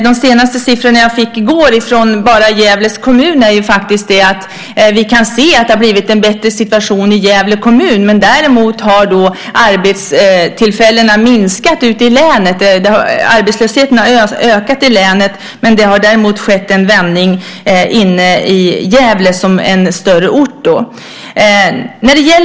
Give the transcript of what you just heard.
De senaste siffrorna jag fick i går från Gävle kommun visar att det har blivit en bättre situation i Gävle kommun. Däremot har arbetstillfällena minskat ute i länet. Arbetslösheten har ökat i länet men det har däremot skett en vändning i Gävle, som är en större ort.